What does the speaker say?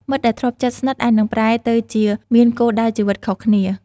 មិត្តដែលធ្លាប់ជិតស្និទ្ធអាចនឹងប្រែទៅជាមានគោលដៅជីវិតខុសគ្នា។